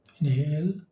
inhale